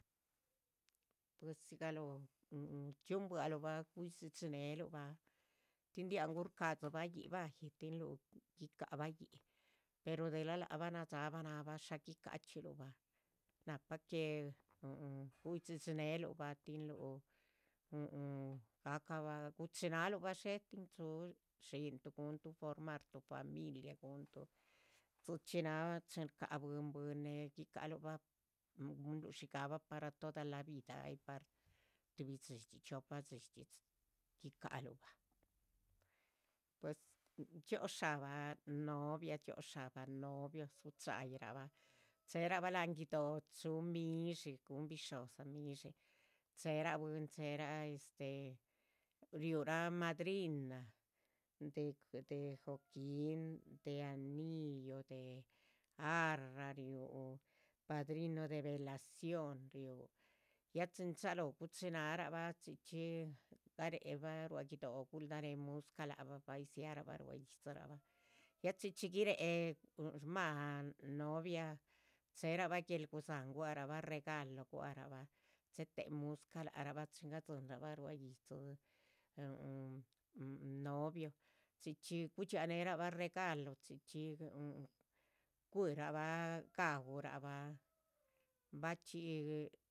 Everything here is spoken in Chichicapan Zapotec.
Puisi galóh ndxiuh bwaluh bah, guidhxidhxi neluh bahtin dian guh shca´dzi bah yíc, tinluh gicahba yíc, pero delah lác bah nadxa´bah nahbah. shá guica´chxiluh bah, nahpa que huhu guidhxidhxi neluh bah tinluh huhu, gacahbah guchina´luh bah, tin chúhu dxíntu guhntu formar, tuh familia,. guhntuh dzichxí náha chin shca´bwín bwín née guica´luh bah gunh gunhlu dxíigahba para toda la vida, ay par tuhbi dxí dxi chiopa dxí guicahluh bah. pues dxióoc sha´bah novia, dxióoc sha´bah novio. dzu´cha´yih rahba che´rahba láhan guido´ chuhu midshi, guhun bisho´dza midshi, che´rah bwín, che´rah. este riu´rah madrina, de, de cojín, de anillo, o de arra, riú padrinu de velación, riú, ya chin chalóh guchina´rahba, chxí chxí garée bah ruá guido´. gulda néh musca´ lác bah bay dziá rahbah ruá yídzirahba, ya chxí chxí guiréh shmáha novia cherahba guel gudza´han, guahrabah regalo guahrabah, dze téhe musca. lác rahba, chin gadzín rahba ruá yídzi huhu novio chxí chxí gudxia néec rahba regalo chxí chxí huhu cuirahba gaúrahba bachxí